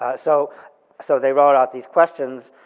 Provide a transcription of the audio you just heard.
ah so so they wrote out these questions,